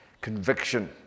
conviction